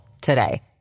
today